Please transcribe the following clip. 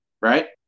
right